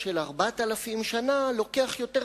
זה בדרך כלל אומר שהרבה אנשים הולכים להיות מאוד